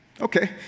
okay